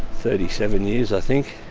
thirty seven years i think.